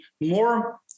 more